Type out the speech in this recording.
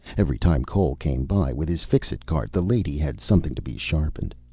every time cole came by with his fixit cart the lady had something to be sharpened.